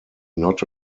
not